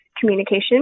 communication